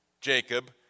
Jacob